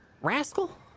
rascal